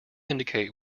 indicate